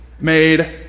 made